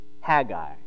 Haggai